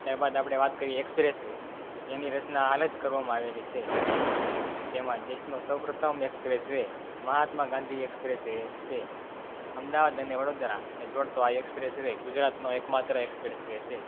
ત્યાર બાદ આપણે વાત કરીએ એક્સપ્રેસવે જેની રચના હાલ જ કરવામાં આવેલી છે તો તેમાં દેશનો સૌપ્રથમ એક્સપ્રેસવે મહાત્મા ગાંધી એક્સપ્રેસવે છે અમદાવાદ અને વડોદરાને જોડતો આ એક્સપ્રેસવે ગુજરાતનો એકમાત્ર એક્સપ્રેસવે છે